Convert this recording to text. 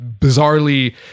bizarrely